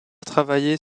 travailler